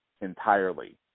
entirely